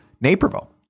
Naperville